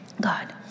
God